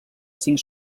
cinc